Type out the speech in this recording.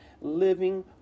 living